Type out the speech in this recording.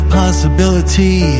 possibility